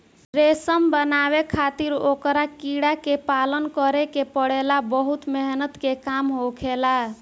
रेशम बनावे खातिर ओकरा कीड़ा के पालन करे के पड़ेला बहुत मेहनत के काम होखेला